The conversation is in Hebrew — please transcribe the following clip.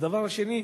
והדבר השני,